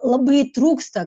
labai trūksta